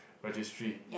registry